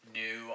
new